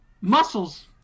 Muscles